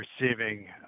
receiving